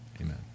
amen